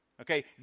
Okay